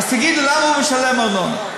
אז תגידו, למה הוא משלם ארנונה?